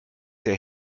der